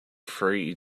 free